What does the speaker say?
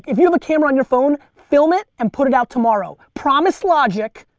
if you have a camera on your phone film it and put it out tomorrow. promise logic.